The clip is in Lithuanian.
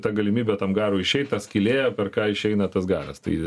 ta galimybė tam garui išeiti ta skylė per ką išeina tas garas tai